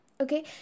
okay